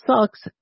sucks